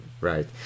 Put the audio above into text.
right